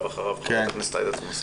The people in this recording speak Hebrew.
ח"כ יוראי להב ואחריו ח"כ עאידה תומא סלימאן.